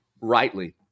rightly